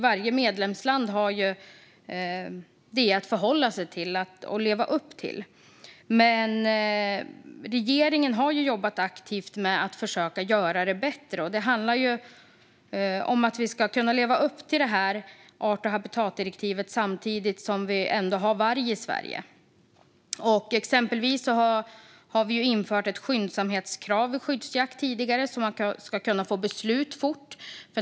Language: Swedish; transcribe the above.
Varje medlemsland har att förhålla sig till det och leva upp till det. Regeringen har jobbat aktivt med att försöka göra det bättre. Det handlar om att vi ska kunna leva upp till art och habitatdirektivet samtidigt som vi ändå har varg i Sverige. Vi har exempelvis tidigare infört ett skyndsamhetskrav vid skyddsjakt så att man ska kunna få beslut fort.